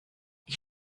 ich